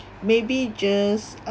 maybe just